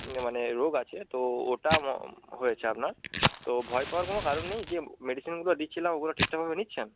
না মানে রোগ আছে তো ওটা মো হয়েছে আপনার তো ভয় পাওয়ার কোনও কারণ নেই যে মেডিসিনগুলো দিচ্ছিলাম ওগুলো ঠিকঠাকভাবে নিচ্ছেন